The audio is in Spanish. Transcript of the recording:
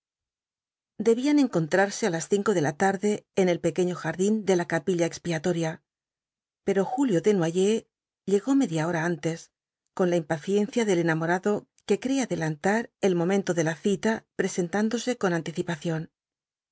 debían encontrarse á las cinco de la tarde en el pequeño jardín de la capilla expiatoria pero julio desnoyers llegó media hora antes con la impaciencia del enamorado que cree adelantar el momento de la cita presentándose con anticipación